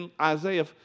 Isaiah